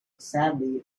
sadly